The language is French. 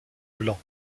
blanc